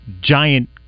giant